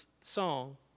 song